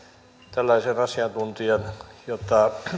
tällaisen asiantuntijan jota